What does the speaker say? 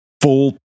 full